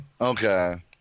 Okay